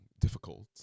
difficult